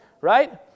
right